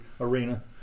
arena